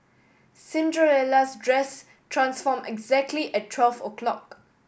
Cinderella' dress transformed exactly at twelve o'clock